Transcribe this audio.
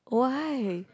why